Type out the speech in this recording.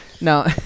No